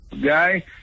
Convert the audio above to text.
guy